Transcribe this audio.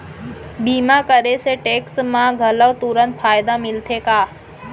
बीमा करे से टेक्स मा घलव तुरंत फायदा मिलथे का?